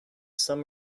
some